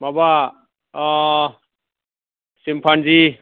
माबा ओ सिम्फान्जि